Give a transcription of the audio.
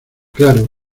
claro